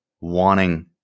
wanting